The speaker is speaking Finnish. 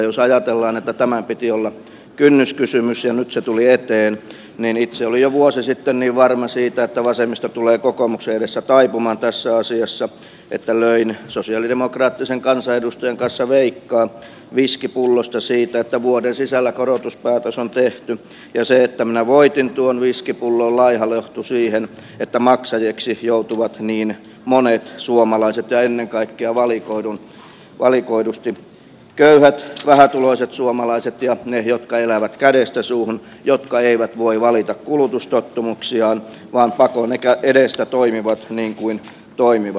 jos ajatellaan että tämän piti olla kynnyskysymys ja nyt se tuli eteen niin itse olin jo vuosi sitten niin varma siitä että vasemmisto tulee kokoomuksen edessä taipumaan tässä asiassa että löin sosialidemokraattisen kansanedustajan kanssa veikkaa viskipullosta siitä että vuoden sisällä korotuspäätös on tehty ja se että minä voitin tuon viskipullon on laiha lohtu siihen että maksajiksi joutuvat niin monet suomalaiset ja ennen kaikkea valikoidusti köyhät vähätuloiset suomalaiset ja ne jotka elävät kädestä suuhun jotka eivät voi valita kulutustottumuksiaan vaan pakon edestä toimivat niin kuin toimivat